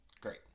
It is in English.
great